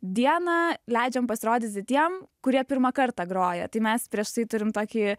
dieną leidžiam pasirodyti tiem kurie pirmą kartą groja tai mes prieš tai turim tokį